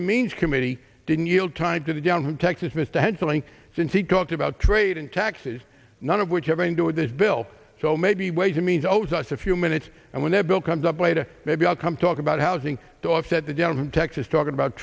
and means committee didn't yield time to the down from texas mr handling since he talked about trade and taxes none of which have entered this bill so maybe ways and means owes us a few minutes and when that bill comes up later maybe i'll come talk about housing to offset the general in texas talking about